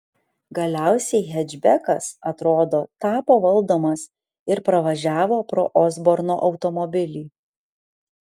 galiausiai hečbekas atrodo tapo valdomas ir pravažiavo pro osborno automobilį